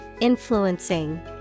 influencing